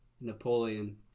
Napoleon